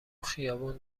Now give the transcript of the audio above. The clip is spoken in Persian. خیابون